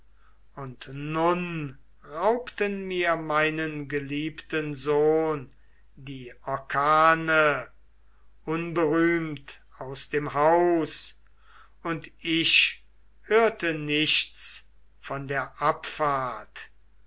und nun raubten mir meinen geliebten sohn die orkane unberühmt aus dem haus und ich hörte nichts von der abfahrt